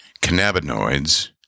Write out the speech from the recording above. Cannabinoids